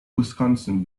wisconsin